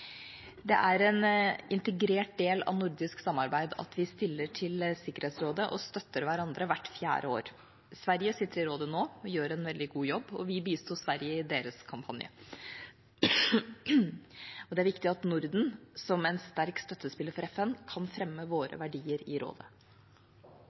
Det er en integrert del av nordisk samarbeid at vi stiller til valg til Sikkerhetsrådet, og støtter hverandre, hvert fjerde år. Sverige sitter i rådet nå og gjør en veldig god jobb. Vi bisto Sverige i deres kampanje. Det er viktig at Norden, som en sterk støttespiller for FN, kan fremme